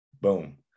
Boom